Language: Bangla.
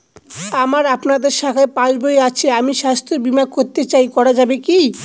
আমার আপনাদের শাখায় পাসবই আছে আমি স্বাস্থ্য বিমা করতে চাই করা যাবে কি?